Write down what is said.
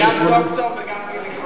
גם דוקטור וגם גינקולוג.